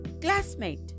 classmate